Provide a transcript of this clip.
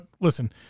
Listen